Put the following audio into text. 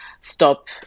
stop